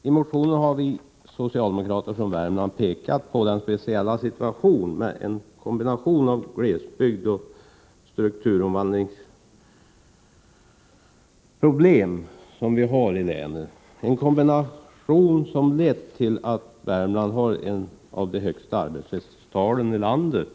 I motionen har vi socialdemokrater från Värmland pekat på den speciella situation med en kombination av glesbygd och strukturomvandlingsproblem som vi har i länet, en kombination som lett till att Värmland har ett av de högsta arbetslöshetstalen i landet.